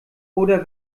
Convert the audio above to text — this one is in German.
oder